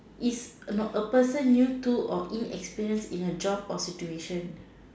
is a no a person new to or inexperience in a job or situation